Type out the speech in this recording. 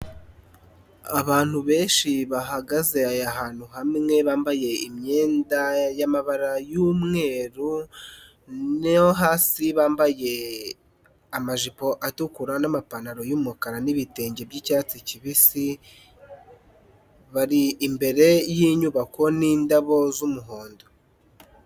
Abantu benshi bahagaze ahantu hamwe bambaye imyenda y'amabara y'umweru no hasi bambaye amajipo atukura n'amapantaro y'umukara n'ibitenge by'icyatsi kibisi, bari imbere y'inyubako n'indabo z'umuhondo.